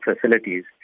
facilities